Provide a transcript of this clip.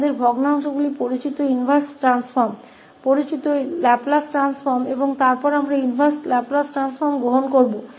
तो हम फ्रैक्शंस को ज्ञात प्रतिलोम रूपांतरण ज्ञात लाप्लास रूपान्तरण में करते हैं और फिर हम इनवर्स लाप्लास रूपान्तरण करेंगे